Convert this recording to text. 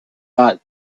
got